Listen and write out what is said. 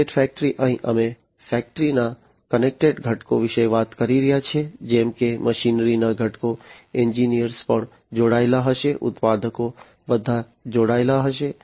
connected factory અહીં અમે ફેક્ટરીના કનેક્ટેડ ઘટકો વિશે વાત કરી રહ્યા છીએ જેમ કે મશીનરીના ઘટકો એન્જિનિયરોપણ જોડાયેલા હશે ઉત્પાદકો બધા જોડાયેલા હશે